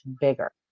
bigger